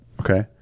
Okay